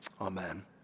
Amen